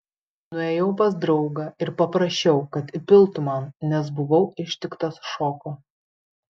nuėjau pas draugą ir paprašiau kad įpiltų man nes buvau ištiktas šoko